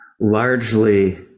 largely